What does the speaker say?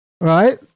right